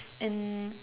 and